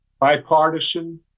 Bipartisan